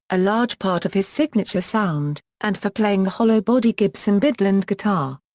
a large part of his signature sound, and for playing the hollow-body gibson byrdland guitar.